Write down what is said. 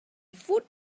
foot